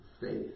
faith